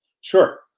Sure